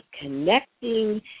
connecting